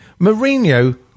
Mourinho